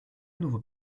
nouveaux